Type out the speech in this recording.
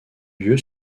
lieu